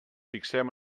fixem